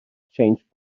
changed